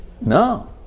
No